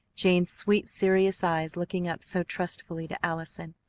jane's sweet, serious eyes looking up so trustfully to allison,